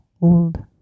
old